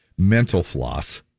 Mentalfloss